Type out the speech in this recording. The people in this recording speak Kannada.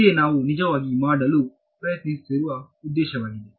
ಇದೆ ನಾವು ನಿಜವಾಗಿ ಮಾಡಲು ಪ್ರಯತ್ನಿಸುತ್ತಿರುವುದರ ಉದ್ದೇಶವಾಗಿದೆ